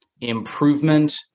improvement